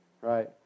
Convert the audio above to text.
right